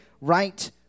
right